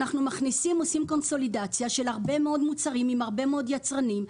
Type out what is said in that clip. אנחנו עושים קונסולידציה של הרבה מאוד מוצרים עם הרבה מאוד יצרנים,